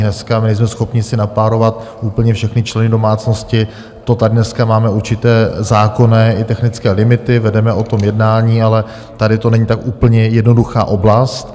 Dneska nejsme schopni si napárovat úplně všechny členy domácnosti, na to tady dneska máme určité zákonné i technické limity, vedeme o tom jednání, ale tady to není tak úplně jednoduchá oblast.